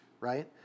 right